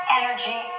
energy